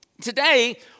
today